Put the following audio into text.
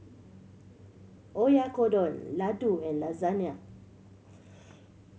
Oyakodon Ladoo and Lasagne